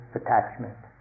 attachment